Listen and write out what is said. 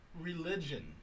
religion